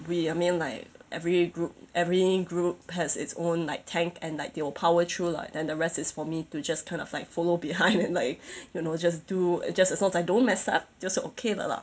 we I mean like every group every group has its own like tank and like they will power through lah then the rest is for me to just kind of like follow behind and then like you know just do just as long as I don't mess up 就是 okay 的啦